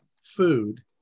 food